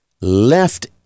left